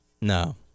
No